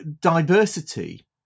diversity